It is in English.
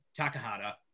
Takahata